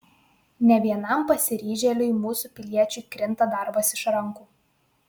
ne vienam pasiryžėliui mūsų piliečiui krinta darbas iš rankų